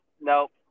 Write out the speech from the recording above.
nope